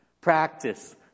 practice